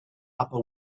upper